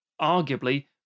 arguably